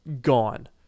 gone